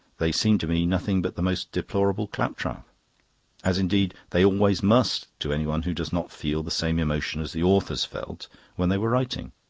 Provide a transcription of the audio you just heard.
they seemed to me nothing but the most deplorable claptrap as indeed they always must to anyone who does not feel the same emotion as the authors felt when they were writing.